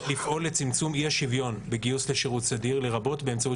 לפעול לצמצום אי השוויון בגיוס לשירות סדיר לרבות באמצעות